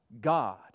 God